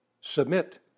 submit